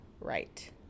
right